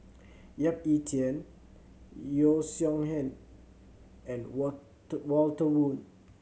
Yap Ee Chian Yeo Song and Walter Woon